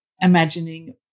imagining